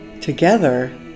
Together